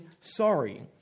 sorry